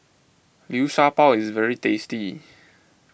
Liu Sha Bao is very tasty